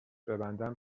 ببندم